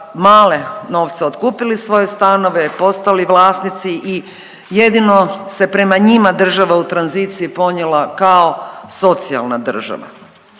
male novce otkupili svoje stanove, postali vlasnici i jedino se prema njima država u tranziciji ponijela kao socijalna država.